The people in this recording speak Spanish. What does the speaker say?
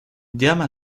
llama